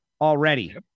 already